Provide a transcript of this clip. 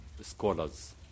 scholars